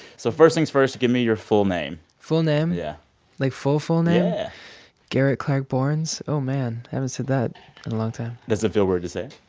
so first things first give me your full name full name yeah like, full full name? yeah garrett clark borns. oh, man. i haven't said that in a long time does it feel weird to say it?